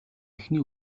эхний